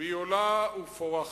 והיא עולה ופורחת.